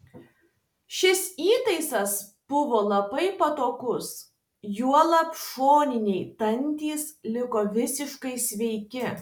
šis įtaisas buvo labai patogus juolab šoniniai dantys liko visiškai sveiki